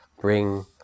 bring